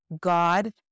God